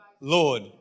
Lord